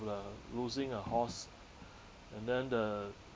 the losing a horse and then the